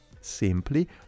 simply